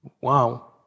Wow